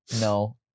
No